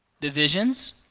Divisions